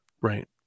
Right